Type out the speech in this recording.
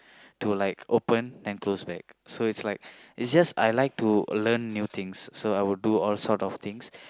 to like open and close back so it's like it's just I like to learn new things so I'd do all sort of things